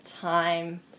time